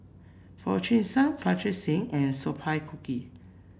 Foo Chee San Pritam Singh and Sophia Cooke